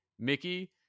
Mickey